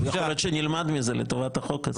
יכול להיות שנלמד מזה לטובת החוק הזה.